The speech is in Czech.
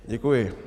Děkuji.